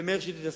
ומאיר שטרית עשה,